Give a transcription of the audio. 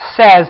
says